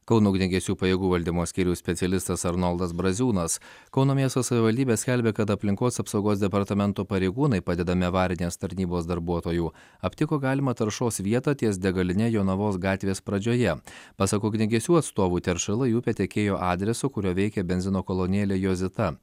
kauno ugniagesių pajėgų valdymo skyriaus specialistas arnoldas braziūnas kauno miesto savivaldybė skelbia kad aplinkos apsaugos departamento pareigūnai padedami avarinės tarnybos darbuotojų aptiko galimą taršos vietą ties degaline jonavos gatvės pradžioje pasak ugniagesių atstovų teršalai upė tekėjo adresu kuriuo veikė benzino kolonėlė jozita